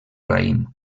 raïm